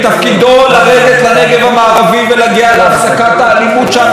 מתפקידו לרדת לנגב המערבי ולהגיע להפסקת האלימות שם,